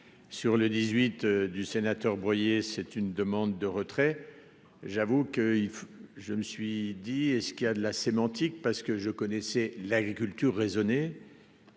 sur le dix-huit du sénateur, c'est une demande de retrait, j'avoue qu'il faut, je me suis dit est-ce qu'il y a de la sémantique parce que je connaissais l'agriculture raisonnée